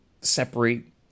separate